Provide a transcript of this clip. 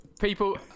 people